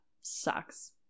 sucks